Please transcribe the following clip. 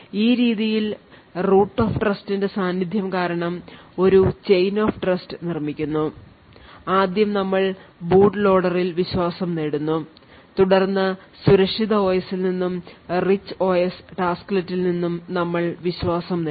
ഈ രീതിയിൽ root of trust ന്റെ സാന്നിധ്യം കാരണം ഒരു chain of trust നിർമ്മിക്കുന്നു ആദ്യം നമ്മൾ ബൂട്ട് ലോഡറിൽ വിശ്വാസം നേടുന്നു തുടർന്ന് സുരക്ഷിത OS ൽ നിന്നും rich OS ടാസ്ക്ലെറ്റിൽ നിന്നും നമ്മൾ വിശ്വാസം നേടുന്നു